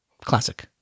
classic